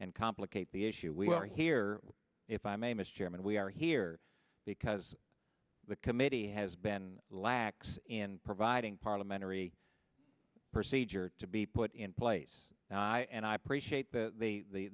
and complicate the issue we are here if i may mr chairman we are here because the committee has been lax in providing parliamentary procedure to be put in place and i appreciate the